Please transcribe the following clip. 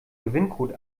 gewinncode